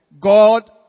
God